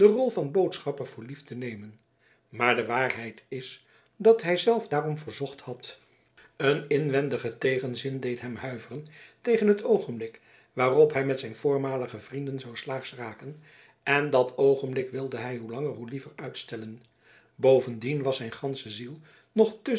rol van boodschapper voor lief te nemen maar de waarheid is dat hij zelf daarom verzocht had een inwendige tegenzin deed hem huiveren tegen het oogenblik waarop hij met zijn voormalige vrienden zou slaags raken en dat oogenblik wilde hij hoe langer hoe liever uitstellen bovendien was zijn gansche ziel nog te